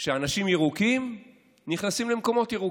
שאנשים ירוקים נכנסים למקומות ירוקים.